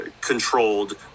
controlled